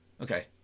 Okay